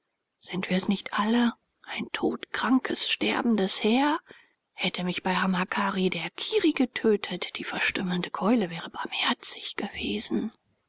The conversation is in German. sind wir's nicht alle ein todkrankes sterbendes heer hätte mich bei hamakari der kirri getötet die verstümmelnde keule wäre barmherzig gewesen